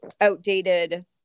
outdated